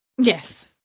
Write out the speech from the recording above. Yes